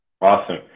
Awesome